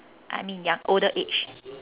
I mean ya older age